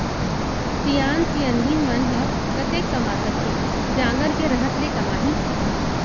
सियान सियनहिन मन ह कतेक कमा सकही, जांगर के रहत ले कमाही